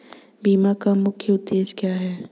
बीमा का मुख्य उद्देश्य क्या है?